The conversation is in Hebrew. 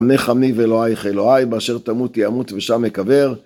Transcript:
עמך עמי ואלוהיך אלוהי, באשר תמותי אמות ושם אקבר